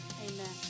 amen